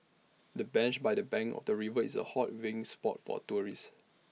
the bench by the bank of the river is A hot viewing spot for tourists